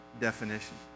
definition